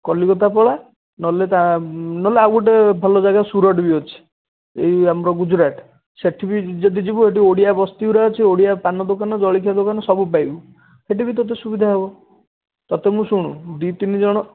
କଲିକତା ପଳାଅ ନହେଲେ ତା ନହେଲେ ଆଉ ଗୋଟେ ଭଲ ଜାଗା ସୁରଟ ବି ଅଛି ଏଇ ଆମର ଗୁଜୁରାଟ ସେଇଠି ବି ଯଦି ଯିବୁ ସେଇଠି ଓଡ଼ିଆ ବସ୍ତି ଗୁଡ଼ା ଅଛି ଓଡ଼ିଆ ପାନ ଦୋକାନ ଜଳଖିଆ ଦୋକାନ ସବୁ ପାଇବୁ ସେଇଠି ବି ତୋତେ ସୁବିଧା ହେବ ତୋତେ ମୁଁ ଶୁଣ ଦୁଇ ତିନି ଜଣ